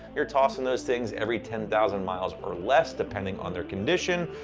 you're tossing those things every ten thousand miles or less depending on their condition.